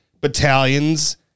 battalions